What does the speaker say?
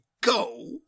go